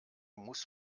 muss